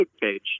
page